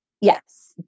Yes